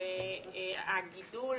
הגידול